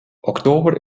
oktober